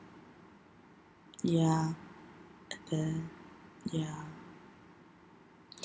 ya and then ya